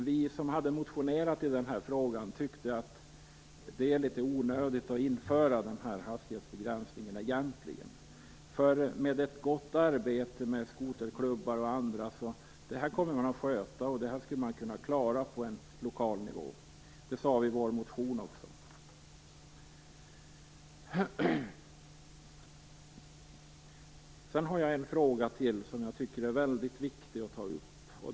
Vi som har motionerat i den här frågan tycker att det egentligen är litet onödigt att införa en hastighetsbegränsning. Genom ett gott arbete från skoterklubbar och andra kommer man att sköta det här och klara av det på lokal nivå. Det har vi också sagt i vår motion. Det finns en fråga till som jag tycker är väldigt viktig att ta upp.